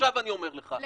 עכשיו אני אומר לך,